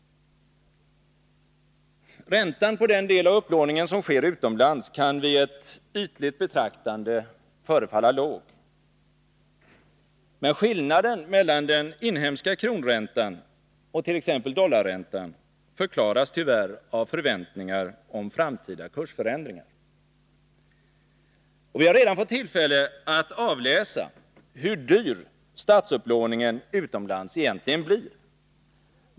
Räntan på den del av upplåningen som sker utomlands kan vid ett ytligt betraktande förefalla låg. Men skillnaden mellan den inhemska kronräntan och t.ex. dollarräntan förklaras tyvärr av förväntningar om framtida kursförändringar. Vi har redan fått tillfälle att avläsa hur dyr statsupplåningen utomlands egentligen blir.